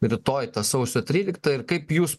rytoj ta sausio trylikta ir kaip jūs